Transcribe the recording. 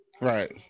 Right